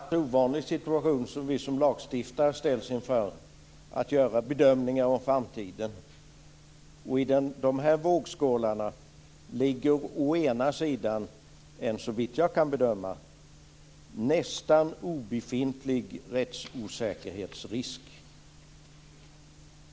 Fru talman! Det är ju en inte alldeles ovanlig situation som vi som lagstiftare ställs inför att göra bedömningar om framtiden. I den ena vågskålen ligger en, såvitt jag kan bedöma, nästan obefintlig rättsosäkerhetsrisk.